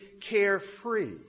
carefree